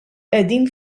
qegħdin